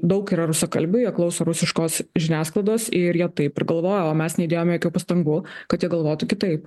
daug yra rusakalbių jie klauso rusiškos žiniasklaidos ir jie taip ir galvojo o mes neįdėjome jokių pastangų kad jie galvotų kitaip